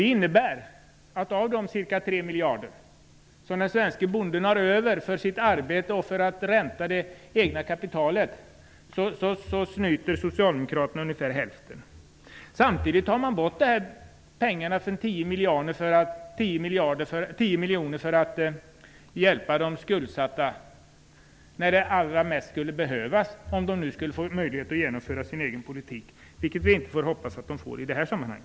Det innebär att av de ca 3 miljarder som den svenske bonden får för sitt arbete och för att förränta det egna kapitalet vill socialdemokraterna ta hand om ungefär hälften. Samtidigt skall de allra mest skuldsatta bönderna få 10 miljoner kronor, om socialdemokraterna får genomföra sin politik, vilket vi inte skall hoppas att de får i detta sammanhang.